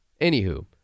Anywho